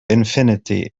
infinity